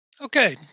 Okay